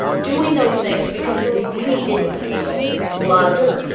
doing those things because we didn't feel loved or,